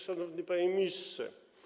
Szanowny Panie Ministrze!